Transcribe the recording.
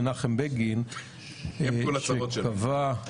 מנחם בגין שטבע --- עם כל הצרות שלו.